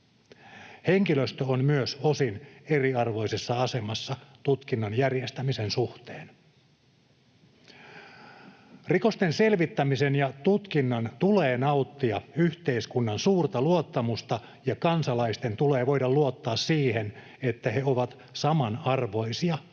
Henkilöstö on myös osin eriarvoisessa asemassa tutkinnan järjestämisen suhteen. Rikosten selvittämisen ja tutkinnan tulee nauttia yhteiskunnan suurta luottamusta, ja kansalaisten tulee voida luottaa siihen, että he ovat samanarvoisia lain